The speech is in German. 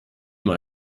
mal